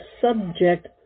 subject